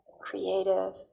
creative